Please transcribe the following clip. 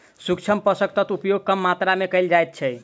सूक्ष्म पोषक तत्वक उपयोग कम मात्रा मे कयल जाइत छै